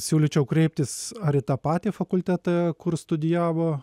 siūlyčiau kreiptis ar į tą patį fakultetą kur studijavo